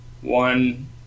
one